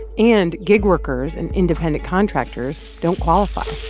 and gig workers and independent contractors don't qualify